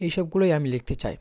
এই সবগুলোই আমি লিখতে চাই